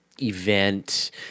Event